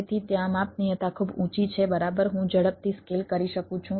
તેથી ત્યાં માપનીયતા ખૂબ ઊંચી છે બરાબર હું ઝડપથી સ્કેલ કરી શકું છું